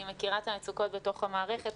אני מכירה את המצוקות בתוך המערכת.